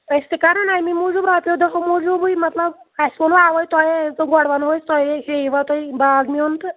أسۍ تہِ کَران اَمی موٗجوٗب رۄپیو دَہو موٗجوٗبٕے مطلب اَسہِ ووٚنوٕ اَوَے تۄہے اَسہِ دوٚپ گۄڈٕ وَنو أسۍ تۄہے ہیٚیِوا تُہۍ باغ میون تہٕ